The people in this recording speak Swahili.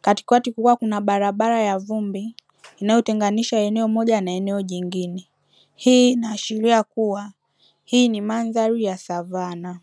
katikati kukiwa na barabara ya vumbi inayotenganisha eneo moja na eneo nyingine, hii inaashiria kuwa hii ni mandhari ya savana.